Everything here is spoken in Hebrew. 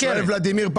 שואל ולדימיר,